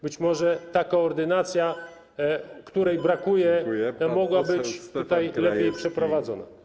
Być może ta koordynacja, której brakuje, mogła być tutaj lepiej przeprowadzona.